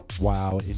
Wow